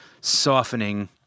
softening